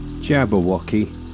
Jabberwocky